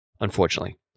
unfortunately